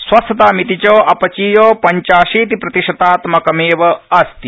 स्वस्थतामिति च अपचीय पंचाशीति प्रतिशतात्मकमेव अस्ति